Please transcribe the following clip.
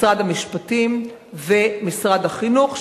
משרד המשפטים ומשרד החינוך,